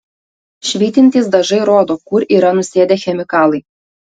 švytintys dažai rodo kur yra nusėdę chemikalai